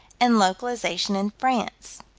and localization in france.